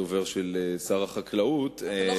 של חבר הכנסת איתן כבל,